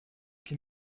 can